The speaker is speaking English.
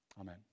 Amen